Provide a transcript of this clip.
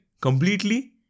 completely